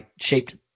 shaped